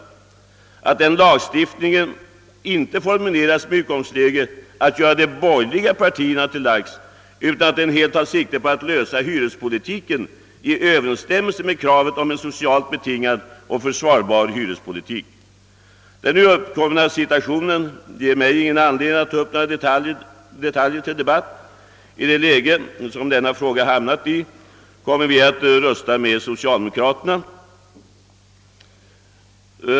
Vi hoppas också att lagstiftningen inte skall formuleras med utgångspunkt från att göra de borgerliga partierna till lags, utan att den helt skall ta sikte på att få till stånd en hyrespolitik som överensstämmer med socialt betingade krav. Den nu uppkomna situationen ger mig ingen anledning att ta upp några detaljer till debatt. I det läge som frågan hamnat i kommer vi att rösta med socialdemokraterna.